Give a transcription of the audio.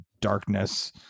darkness